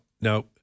now